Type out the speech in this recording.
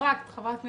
התשפ"א 2020